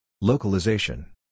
Localization